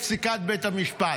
מכבדים את פסיקת בית המשפט,